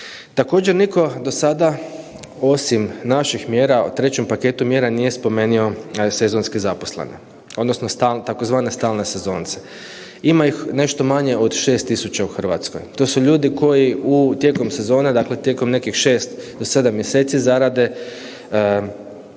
Također, nitko do sada osim naših mjera, 3. paketu mjera nije spomenuo sezonski zaposlene. Odnosno stalne, tzv. stalne sezonce. Ima ih nešto manje od 6 tisuća u Hrvatskoj. To su ljudi koji u, tijekom sezone, dakle tijekom nekih 6 do 7 mjeseci zarade dovoljno